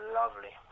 lovely